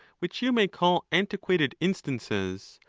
which you may call antiquated instances,